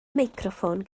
meicroffon